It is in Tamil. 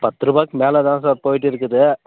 பத்து ரூபாய்க்கு மேலே தான் சார் போய்கிட்டு இருக்குது